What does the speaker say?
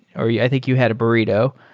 or yeah i think you had a burrito,